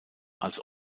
als